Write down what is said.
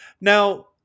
now